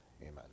amen